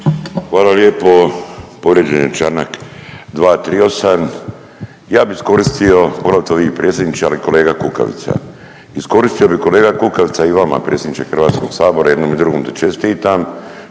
Hvala lijepo. Povrijeđen je članak 238. Ja bih iskoristio poglavito vi predsjedniče, ali i kolega Kukavica. Iskoristio bih kolega Kukavica i vama predsjedniče Hrvatskog sabora i jednom i drugom da čestitam